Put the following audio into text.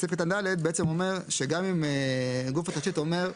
סעיף קטן (ד) בעצם אומר שגם אם גוף התשתית אומר: